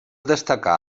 destacar